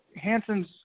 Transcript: Hanson's